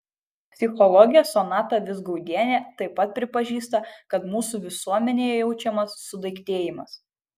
psichologė sonata vizgaudienė taip pat pripažįsta kad mūsų visuomenėje jaučiamas sudaiktėjimas